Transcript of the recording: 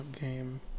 game